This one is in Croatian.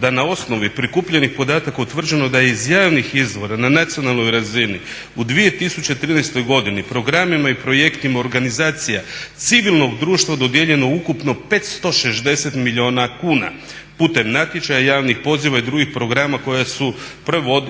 da na osnovi prikupljenih podataka utvrđeno je da je iz javnih izvora na nacionalnoj razini u 2013. godini programima i projektima organizacija civilnog društva dodijeljeno ukupno 560 milijuna kuna putem natječaja, javnih poziva i drugih programa koje su